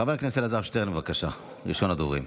ראשון הדוברים,